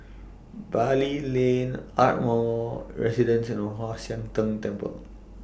Bali Lane Ardmore Residence and Kwan Siang Tng Temple